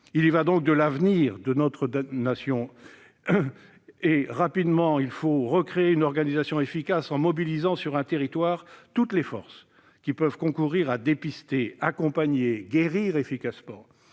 Il y va donc de l'avenir de notre nation. Il faut rapidement recréer une organisation efficace, en mobilisant sur un territoire toutes les forces qui peuvent concourir à dépister, accompagner et guérir efficacement.